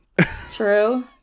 true